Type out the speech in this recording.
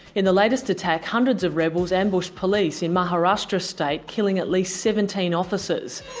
in the latest attack, hundreds of rebels ambushed police in maharashtra state, killing at least seventeen officers.